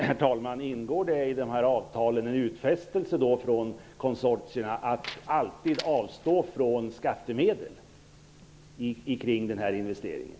Herr talman! Ingår i avtalen en utfästelse från konsortierna att alltid avstå från skattemedel i samband med den här investeringen?